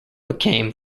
became